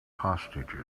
hostages